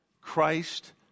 Christ